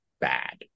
bad